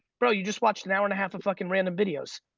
bro you just watched an hour and a half of fuckin' random videos.